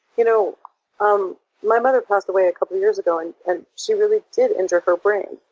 you know um my mother passed away a couple of years ago and and she really did injure her brain.